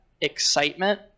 excitement